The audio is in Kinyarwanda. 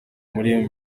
muri